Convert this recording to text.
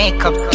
Makeup